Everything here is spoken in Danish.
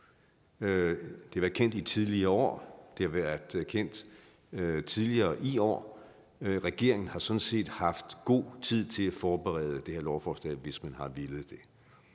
Det har været kendt i tidligere år, det har været kendt tidligere i år, og regeringen har sådan set haft god tid til at forberede det her lovforslag, hvis man havde villet det.